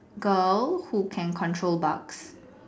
girl who can control Bugs